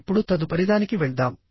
ఇప్పుడు తదుపరిదానికి వెళ్దాం